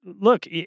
look